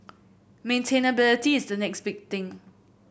maintainability is the next big thing